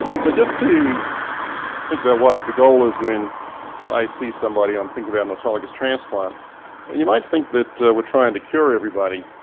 so just to think about what the goal is when i see somebody, i'm thinking about an autologous transplant and you might think that we're trying to cure everybody.